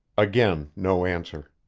again, no answer.